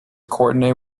courtenay